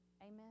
Amen